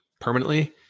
permanently